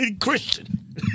Christian